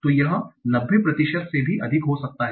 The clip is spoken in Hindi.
तो यह 90 प्रतिशत से अधिक भी हो सकता है